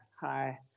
hi